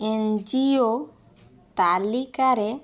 N G O ତାଲିକାରେ